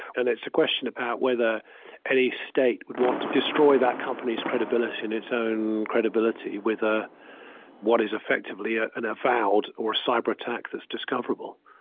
and it's a question about whether any state would want to destroy that company's credibility in its own credibility with ah what is effectively ah an avowed or cyberattack that's discoverable.